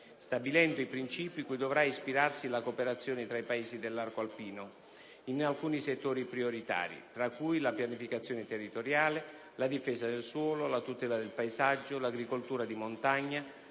stabilendo i princìpi cui dovrà ispirarsi la cooperazione tra i Paesi dell'arco alpino in alcuni settori prioritari, tra cui la pianificazione territoriale, la difesa del suolo, la tutela del paesaggio, l'agricoltura di montagna,